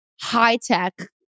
high-tech